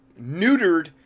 neutered